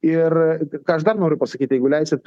ir ką aš dar noriu pasakyt jeigu leisit